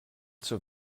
zur